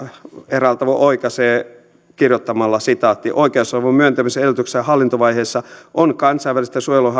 eräällä tavalla oikaisee kirjoittamalla oikeusavun myöntämisen edellytyksenä hallintovaiheessa on kansainvälistä suojelua